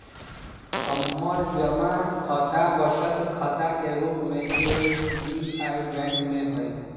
हमर जमा खता बचत खता के रूप में एस.बी.आई बैंक में हइ